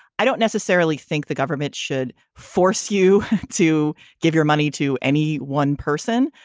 i don't necessarily think the government should force you to give your money to any one person.